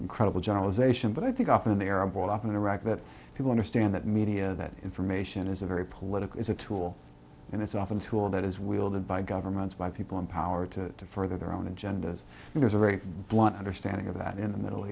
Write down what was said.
incredible generalization but i think often in the arab world up in iraq that people understand that media that information is a very political is a tool and it's often tool that is wielded by governments by people in power to further their own agendas and there's a very blunt understanding of that in the middle